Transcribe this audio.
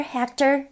Hector